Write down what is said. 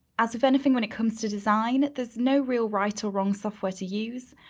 as if anything when it comes to design, this no real right or wrong software to use.